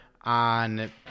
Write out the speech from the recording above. on